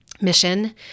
mission